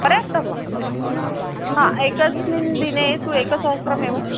पर्याप्तं वा हा एकस्मिन् दिने तु एकसहस्रमेव